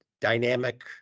dynamic